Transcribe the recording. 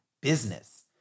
business